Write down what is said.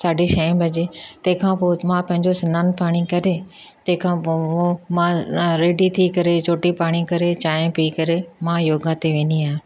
साढी छहें बजे तंहिंखां पोइ मां पांहिंजो सनानु पाणी करे तंहिंखां पोइ मां रेडी थी करे चोटी पाणी करे चांहि पी करे मां योगा ते वेंदी आहियां